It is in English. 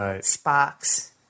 sparks